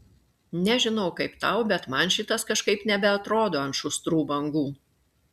nežinau kaip tau bet man šitas kažkaip nebeatrodo ant šustrų bangų